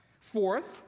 Fourth